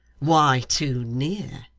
why too near?